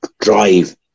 drive